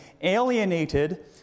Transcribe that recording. alienated